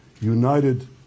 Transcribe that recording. united